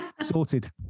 Sorted